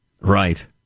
Right